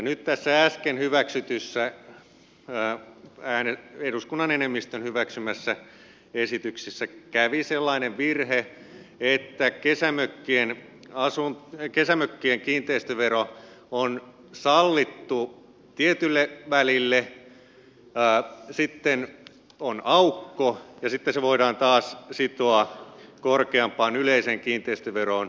nyt tässä äsken eduskunnan enemmistön hyväksymässä esityksessä kävi sellainen virhe että kesämökkien kiinteistövero on sallittu tietylle välille sitten on aukko ja sitten se voidaan taas sitoa korkeampaan yleiseen kiinteistöveroon